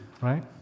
right